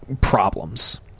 problems